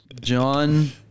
John